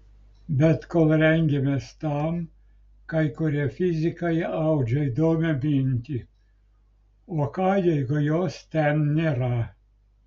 bet kol rengiamės tam kai kurie fizikai audžia įdomią mintį o ką jeigu jos ten nėra